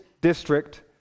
district